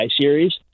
series